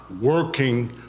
working